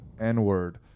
N-word